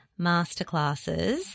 masterclasses